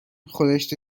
خورشت